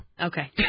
Okay